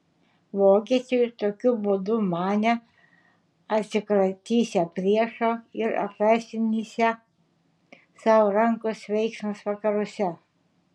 vokiečiai tokiu būdu manė atsikratysią priešo ir atlaisvinsią sau rankas veiksmams vakaruose